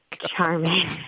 charming